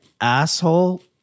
asshole